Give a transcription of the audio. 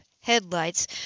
Headlights